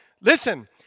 listen